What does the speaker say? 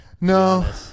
No